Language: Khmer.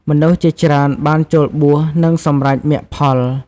មនុស្សជាច្រើនបានចូលបួស និងសម្រេចមគ្គផល។